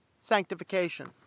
sanctification